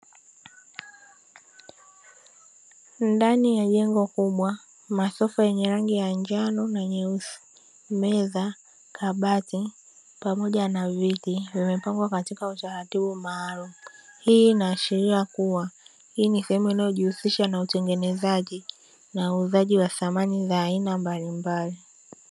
Ndani ya jengo kubwa masofa yenye rangi ya njano na nyeusi, meza, kabati pamoja na viti vimepangwa katika utaratibu maalumu. Hii inaashiria kuwa hii ni sehemu inayojihusisha na utengenezaji na uuzaji wa samani za aina mbalimbali.